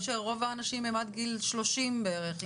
ראינו נתונים שרוב האנשים הם עד גיל 30 בערך,